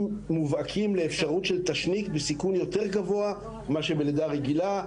מובהקים לאשפרות של תשניק בסיכון יותר גבוה מאשר לידה רגילה.